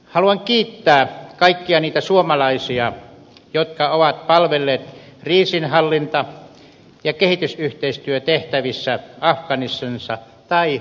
haluan kiittää kaikkia niitä suomalaisia jotka ovat palvelleet kriisinhallinta ja kehitysyhteistyötehtävissä afganistanissa tai muualla